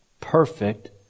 perfect